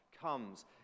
comes